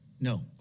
No